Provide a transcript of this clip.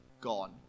Gone